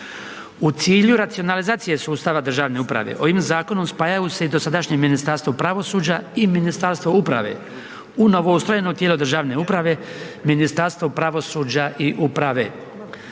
U cilju racionalizacije sustava državne uprave, ovim zakonom spajaju se i dosadašnje Ministarstvo pravosuđa i Ministarstvo uprave. U novo ostvareno tijelo državne uprave, Ministarstvo pravosuđa i uprave.